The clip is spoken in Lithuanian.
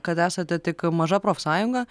kad esate tik maža profsąjunga